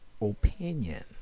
opinion